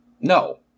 No